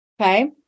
okay